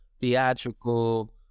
theatrical